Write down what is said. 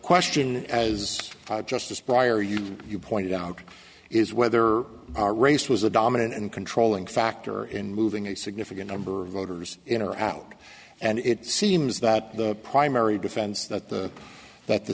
question as justice prior you you pointed out is whether race was a dominant and controlling factor in moving a significant number of voters in or out and it seems that the primary defense that the that the